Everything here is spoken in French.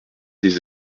des